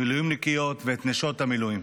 מילואימניקיות ואת נשות המילואים.